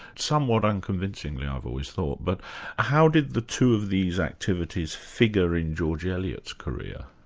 somewhat unconvincingly i've always thought, but how did the two of these activities figure in george eliot's career?